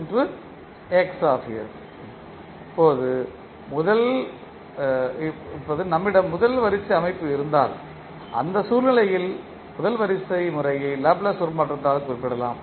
இப்போது நம்மிடம் முதல் வரிசை அமைப்பு இருந்தால் அந்த சூழ்நிலையில் முதல் வரிசை முறையை லாப்லேஸ் உருமாற்றத்தால் குறிப்பிடலாம்